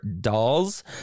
dolls